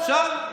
אפשר?